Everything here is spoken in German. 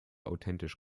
authentisch